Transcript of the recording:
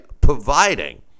providing